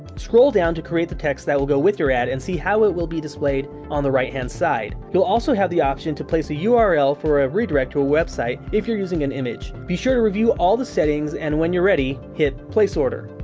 scroll down to create the text that will go with your ad and see how it will be displayed on the right hand side. you'll also have the option to place a url for a redirect to a website if you're using an image. be sure to review all the settings and when you're ready, hit place order.